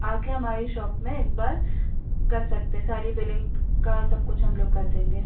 आ कर हमारी शॉप में एक बार कर सकते सारी बिलिंग का सब कुछ हम लोग कर देंगे